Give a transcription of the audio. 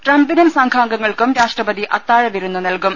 ട്രംപിനും സംഘാംഗങ്ങൾക്കും രാഷ്ട്രപതി അത്താഴവിരുന്ന് നൽകും